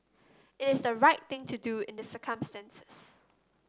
it is the right thing to do in the circumstances